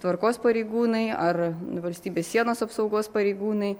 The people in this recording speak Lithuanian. tvarkos pareigūnai ar valstybės sienos apsaugos pareigūnai